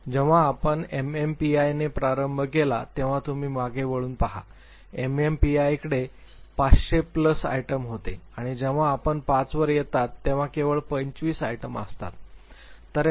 जेव्हा आपण एमएमपीआय ने प्रारंभ केला तेव्हा तुम्ही मागे वळून पहा एमएमपीआयकडे 500 प्लस आयटम होते आणि जेव्हा आपण 5 वर येतात तेव्हा केवळ 25 आयटम असतात